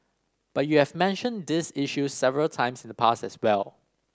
but you have mentioned these issues several times in the past as well